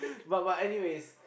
but but anyways